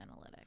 Analytics